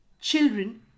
Children